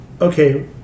okay